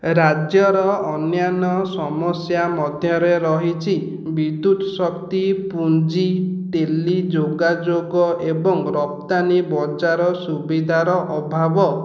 ରାଜ୍ୟର ଅନ୍ୟାନ୍ୟ ସମସ୍ୟା ମଧ୍ୟରେ ରହିଛି ବିଦ୍ୟୁତ୍ ଶକ୍ତି ପୁଞ୍ଜି ଟେଲିଯୋଗାଯୋଗ ଏବଂ ରପ୍ତାନି ବଜାର ସୁବିଧାର ଅଭାବ